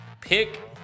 pick